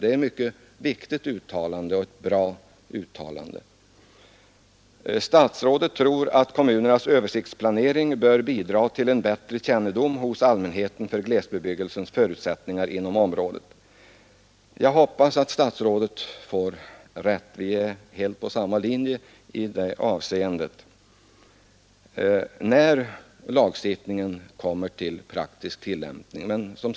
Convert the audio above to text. Det är ett mycket viktigt och bra uttalande. Vidare tror statsrådet att kommunernas översiktsplanering bör hos allmänheten bidra till en bättre kännedom om glesbebyggelsens förutsättningar i området. Jag hoppas att han får rätt i det fallet, när lagstiftningen sätts i praktisk tillämpning. Vi är i det avseendet helt på samma linje.